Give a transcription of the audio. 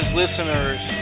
listeners